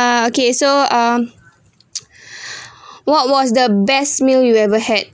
uh okay so um what was the best meal you ever had